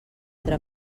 altra